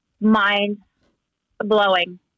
mind-blowing